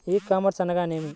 ఈ కామర్స్ అనగానేమి?